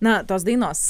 na tos dainos